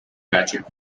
catching